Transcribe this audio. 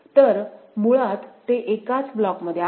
तर मुळात ते एकाच ब्लॉकमध्ये आहेत